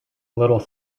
little